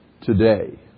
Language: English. today